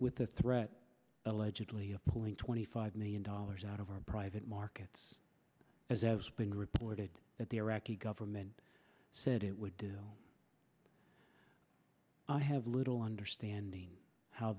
with the threat allegedly of pulling twenty five million dollars out of our private markets as has been reported that the iraqi government said it would do i have little understanding how